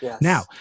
Now